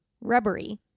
Rubbery